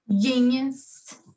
genius